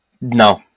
No